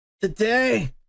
today